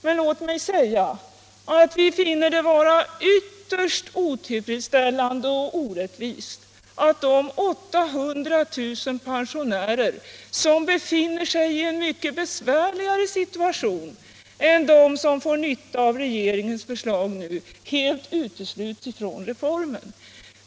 Men låt mig säga att vi finner det vara ytterst otillfredsställande och orättvist att de 800 000 pensionärer som befinner sig i en mycket besvärligare situation än de som får nytta av regeringens förslag nu helt utesluts från reformen.